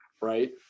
right